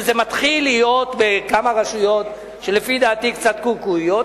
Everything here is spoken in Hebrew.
וזה מתחיל להיות בכמה רשויות שלפי דעתי הן קצת "קוקואיות",